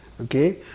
Okay